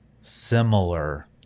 similar